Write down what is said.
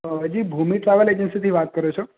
ભૂમિ travels એજન્સીથી વાત કરો છો